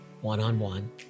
one-on-one